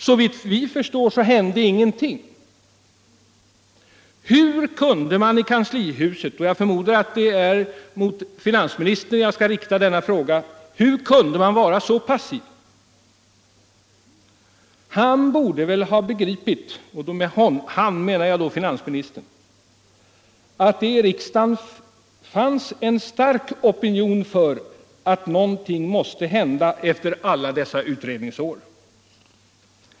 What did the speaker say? Såvitt vi förstår hände ingenting. Hur kunde man i kanslihuset — och jag förmodar att det är till finansministern jag skall rikta denna fråga — vara så passiv? Finansministern borde väl ha begripit att det i riksdagen fanns en stark opinion för att någonting måste hända efter alla dessa utredningsår.